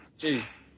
Jeez